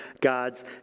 God's